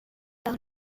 par